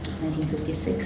1956